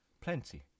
plenty